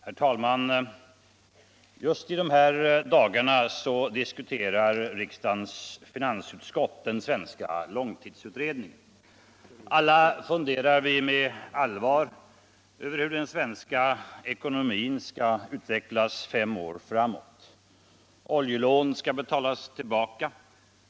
Herr talman! Just i dessa dagar diskuterar riksdagens finansutskott den svenska långtidsutredningen. Alla funderar vi med allvar över hur den svenska ekonomin skall utvecklas fem år framåt. Oljelån skall betalas tillbaka.